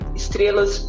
estrelas